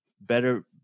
better